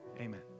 Amen